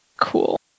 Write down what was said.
Cool